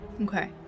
okay